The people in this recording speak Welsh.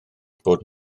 bod